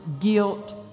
guilt